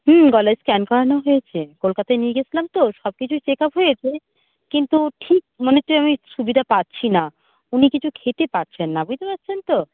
হুম গলায় স্ক্যান করানো হয়েছে কলকাতায় নিয়ে গেছিলাম তো সবকিছুই চেক আপ হয়েছে কিন্তু ঠিক মানে আমি সুবিধা পাচ্ছি না উনি কিছু খেতে পারছেন না বুঝতে পারছেন তো